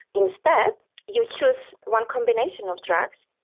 instead you choose one combination of drugs,